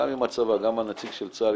גם עם הצבא וגם עם הנציג של צה"ל,